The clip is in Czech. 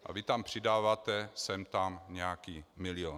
A vy tam přidáváte sem tam nějaký milion.